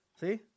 see